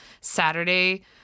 Saturday